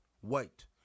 white